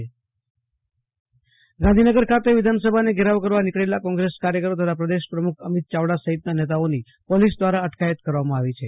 આશુતોષ અંતાણી કોંગ્રસ નેતાની અટકાયત ગાંધીનગર ખાતે વિધાનસભાને ઘેરાવ કરવા નીકળેલા કોંગ્રેસ કાર્યકરો તથા પ્રદેશ પ્રમુખ અમિત ચાવડા સહિતના નેતાઓની પોલીસ દ્વારા અટકાયત કરવામાં આવી છે